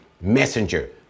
messenger